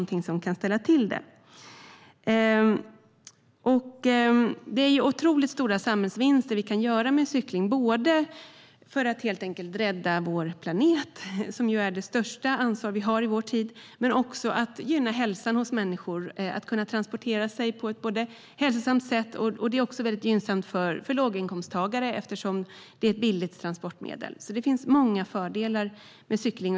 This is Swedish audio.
Det kan nämligen ställa till det. Stora samhällsvinster kan göras med cykling, helt enkelt i fråga om att rädda vår planet - som ju är det största ansvaret vi har i vår tid - men också när det gäller att gynna människors hälsa. Genom att cykla kan man transportera sig på ett hälsosamt sätt. Det är också gynnsamt för låginkomsttagare eftersom det är ett billigt transportmedel. Det finns alltså många fördelar med cykling.